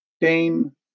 dame